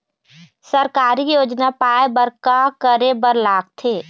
सरकारी योजना पाए बर का करे बर लागथे?